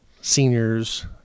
Seniors